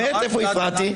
איפה הפרעתי?